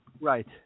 Right